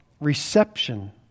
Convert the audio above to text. reception